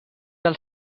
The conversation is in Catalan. del